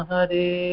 Hare